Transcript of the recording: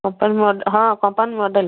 company model ହଁ company model